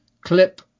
clip